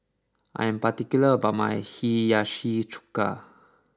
I am particular about my Hiyashi Chuka